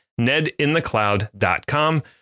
NedInTheCloud.com